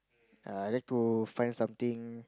err I like to find something